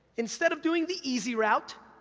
instead of doing the easy route,